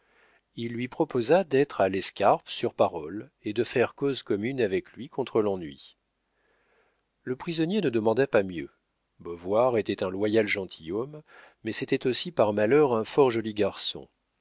il lui proposa d'être à l'escarpe sur parole et de faire cause commune avec lui contre l'ennui le prisonnier ne demanda pas mieux beauvoir était un loyal gentilhomme mais c'était aussi par malheur un fort joli garçon